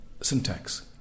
syntax